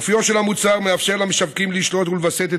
אופיו של המוצר מאפשר למשווקים לשלוט ולווסת את